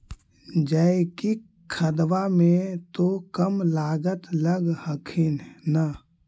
जैकिक खदबा मे तो कम लागत लग हखिन न?